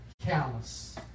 callous